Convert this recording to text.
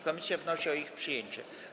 Komisja wnosi o ich przyjęcie.